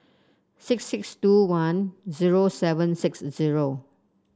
six six two one zero seven six zero